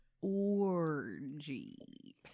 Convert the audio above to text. orgy